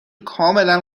کاملا